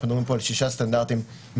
אנחנו מדברים פה על שישה סטנדרטים מאוד